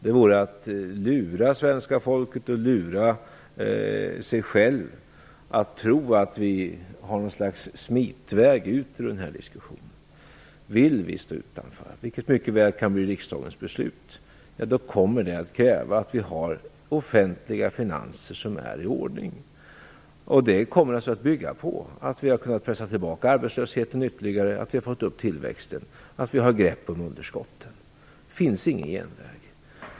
Det vore att lura både svenska folket och sig själv att tro att vi har ett slags smitväg ut ur den här diskussionen. Vill vi stå utanför - vilket mycket väl kan bli riksdagens beslut - kommer det att kräva att vi har offentliga finanser som är i ordning. Det kommer att bygga på att vi har kunnat pressa tillbaka arbetslösheten ytterligare, att vi har fått upp tillväxten och att vi har grepp om underskotten. Det finns ingen genväg.